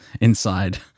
inside